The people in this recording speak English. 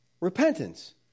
Repentance